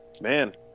man